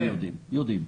אנחנו יודעים.